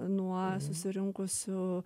nuo susirinkusių